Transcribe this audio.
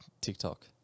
TikTok